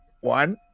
One